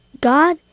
God